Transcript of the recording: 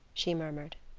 she murmured.